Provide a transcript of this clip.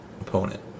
opponent